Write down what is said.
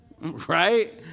Right